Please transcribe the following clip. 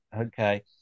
Okay